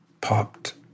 popped